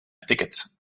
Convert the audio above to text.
ticket